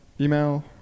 email